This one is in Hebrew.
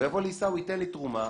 הוא יבוא לעיסאווי: תן לי תרומה.